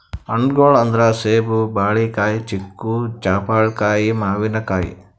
ಹಣ್ಣ್ಗೊಳ್ ಅಂದ್ರ ಸೇಬ್, ಬಾಳಿಕಾಯಿ, ಚಿಕ್ಕು, ಜಾಪಳ್ಕಾಯಿ, ಮಾವಿನಕಾಯಿ